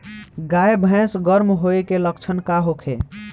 गाय भैंस गर्म होय के लक्षण का होखे?